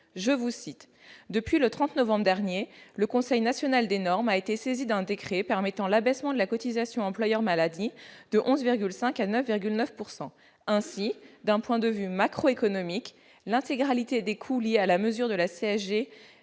publics :« Depuis le 30 novembre dernier, le Conseil national d'évaluation des normes a été saisi d'un décret permettant l'abaissement de la cotisation employeur maladie de 11,5 % à 9,9 %. Ainsi, d'un point de vue macroéconomique, l'intégralité des coûts liés à la hausse de la CSG